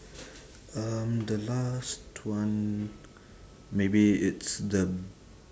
um the last one maybe it's the